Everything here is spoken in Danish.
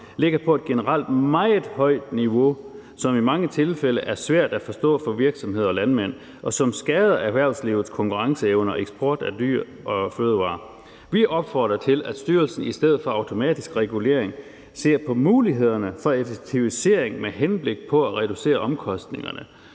ligger på et generelt meget højt niveau, som i mange tilfælde er svært at forstå for virksomheder og landmænd, og som skader erhvervets konkurrenceevne og eksporten af dyr og fødevarer. Landbrug & Fødevarer opfordrer derfor til, at styrelsen i stedet for automatisk regulering ser på mulighederne for effektivisering med henblik på at reducere omkostningerne.«